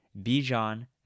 Bijan